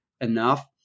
enough